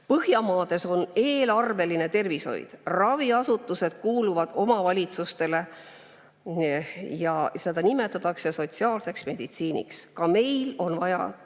Põhjamaades on eelarveline tervishoid, raviasutused kuuluvad omavalitsustele. Seda nimetatakse sotsiaalseks meditsiiniks. Ka meil on vaja